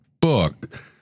book